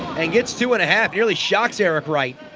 and gets two and a half, nearly shocks eric right